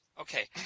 Okay